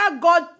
God